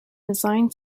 designed